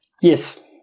yes